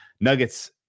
Nuggets